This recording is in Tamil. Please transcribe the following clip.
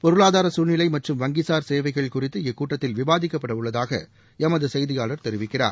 பொருளாதார சசூழ்நிலை மற்றும் வங்கிசார் சேவைகள் குறித்து இக்கூட்டத்தில் விவாதிக்கப்பட உள்ளதாக எமது செய்தியாளர் தெரிவிக்கிறார்